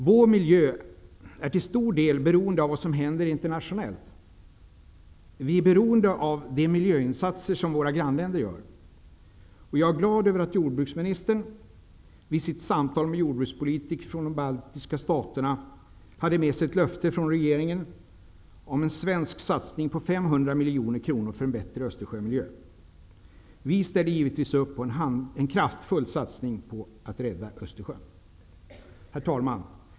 Vår miljö är till stor del beroende av vad som händer internationellt. Vi är beroende av de miljöinsatser som våra grannländer gör. Jag är glad över att jordbruksministern vid sitt samtal med jordbrukspolitiker från de baltiska staterna hade med sig ett löfte från regeringen om en svensk satsning på 500 miljoner kronor för en bättre Östersjömiljö. Vi ställer givetvis upp på en kraftfull satsning för att rädda Östersjön. Herr talman!